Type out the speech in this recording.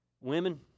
Women